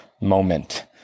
moment